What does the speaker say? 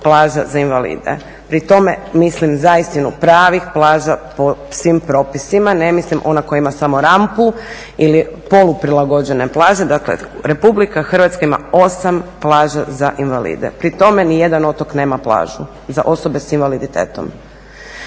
plaža za invalide. Pri tome mislim zaistinu pravih plaža po svim propisima, ne mislim ona koja ima samo rampu ili poluprilagođene plaže. Dakle Republika Hrvatska ima osam plaža za invalide. Pri tome nijedan otok nema plažu za osobe s invaliditetom.